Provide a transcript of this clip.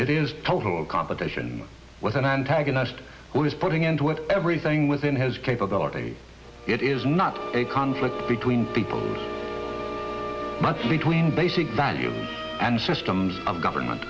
it is total competition with an antagonist who is putting into it everything within his capability it is not a conflict between people who much between basic values and systems of government